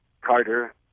Carter